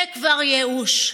זה כבר ייאוש,